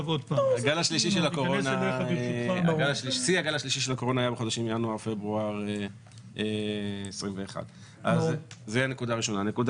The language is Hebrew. הגל השלישי של הקורונה היה בחודשים ינואר-פברואר 2021. כיוון